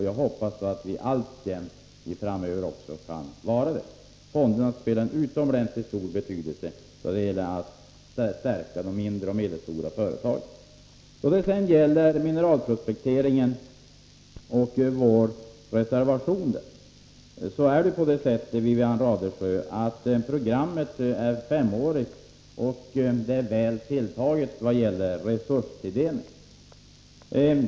Jag hoppas att vi framöver alltjämt kan vara det. Fonderna har utomordentligt stor betydelse då det gäller att stärka de mindre och medelstora företagen. När det gäller vår reservation om mineralprospekteringen vill jag säga, Wivi-Anne Radesjö, att programmet är femårigt och väl tilltaget när det gäller resurstilldelning.